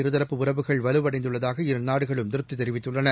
இரு தரப்பு உறவுகள் வலுவடைந்துள்ளதாக இரு நாடுகளும் திருப்திதெரிவித்துள்ளன